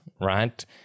right